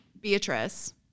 Beatrice